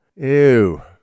Ew